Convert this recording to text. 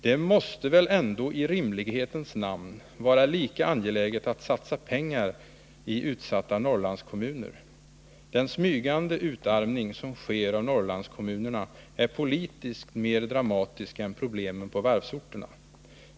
Det måste väl ändå i rimlighetens namn vara lika angeläget att satsa pengar i utsatta norrlandskommuner. Den smygande utarmning som sker av norrlandskommunerna är politiskt mer dramatisk än problemen på varvsorterna.